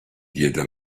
diede